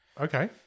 Okay